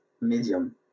medium